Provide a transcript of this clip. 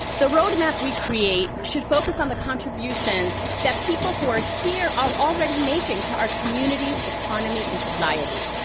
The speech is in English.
the road map we create should focus on the contributions that people who are here are already making to our communities, economy, and society.